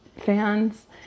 fans